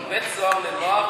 זה בית-סוהר לנוער,